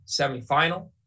semifinal